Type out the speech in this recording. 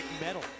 medal